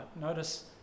notice